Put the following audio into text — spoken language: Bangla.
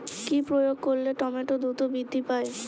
কি প্রয়োগ করলে টমেটো দ্রুত বৃদ্ধি পায়?